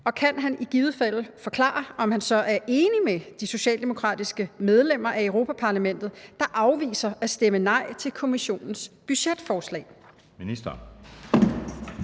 og kan han i givet fald forklare, om han så er enig med de socialdemokratiske medlemmer af Europa-Parlamentet, der afviser at stemme nej til Kommissionens budgetforslag? Skriftlig